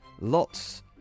lots